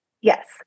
yes